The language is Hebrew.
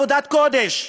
ופועלות, עבודת קודש,